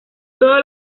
todos